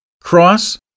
cross